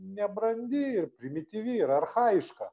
nebrandi ir primityvi ir archajiška